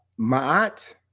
Ma'at